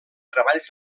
treballs